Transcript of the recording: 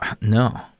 No